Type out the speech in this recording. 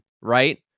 right